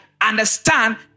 understand